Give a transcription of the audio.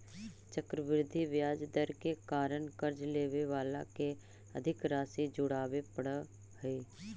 चक्रवृद्धि ब्याज दर के कारण कर्ज लेवे वाला के अधिक राशि चुकावे पड़ऽ हई